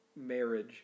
marriage